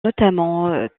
notamment